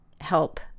help